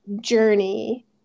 journey